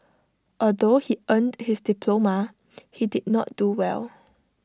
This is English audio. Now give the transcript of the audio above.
although he earned his diploma he did not do well